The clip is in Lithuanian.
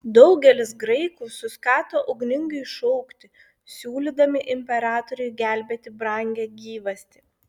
daugelis graikų suskato ugningai šaukti siūlydami imperatoriui gelbėti brangią gyvastį